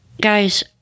Guys